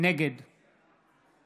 נגד משה גפני,